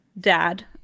dad